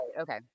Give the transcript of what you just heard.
okay